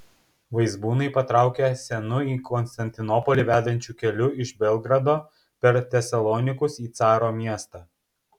vaizbūnai patraukė senu į konstantinopolį vedančiu keliu iš belgrado per tesalonikus į caro miestą